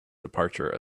departure